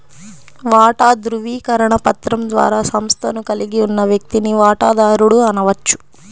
వాటా ధృవీకరణ పత్రం ద్వారా సంస్థను కలిగి ఉన్న వ్యక్తిని వాటాదారుడు అనవచ్చు